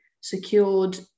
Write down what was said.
secured